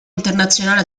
internazionale